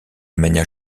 manière